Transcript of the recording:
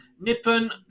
Nippon